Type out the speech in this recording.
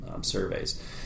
surveys